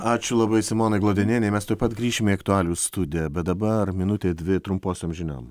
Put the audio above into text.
ačiū labai simonai glodenienei mes tuoj pat grįšime į aktualijų studiją bet dabar minutė dvi trumposiom žiniom